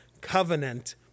Covenant